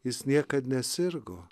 jis niekad nesirgo